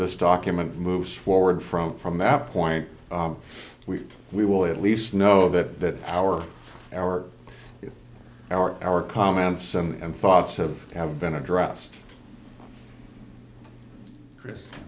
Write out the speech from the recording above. this document moves forward from from that point we we will at least know that our our our our comments and thoughts of have been addressed chris